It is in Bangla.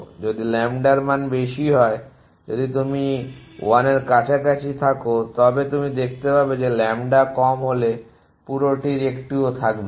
যদি ল্যাম্বডার মান বেশি হয় যদি এটি 1 এর কাছাকাছি হয় তবে তুমি দেখতে পাবে যে ল্যাম্বডা কম হলে পুরোটির একটিও থাকবে না